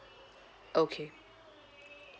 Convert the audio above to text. okay